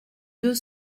deux